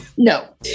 No